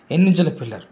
ఎన్ని ఇంచ్ల పిల్లరు